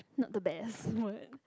not the best word